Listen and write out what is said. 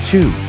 Two